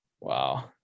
Wow